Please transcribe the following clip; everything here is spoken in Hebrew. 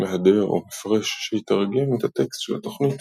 מהדר או מפרש – שיתרגם את הטקסט של התוכנית